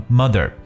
mother